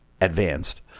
Advanced